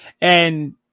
And-